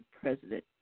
President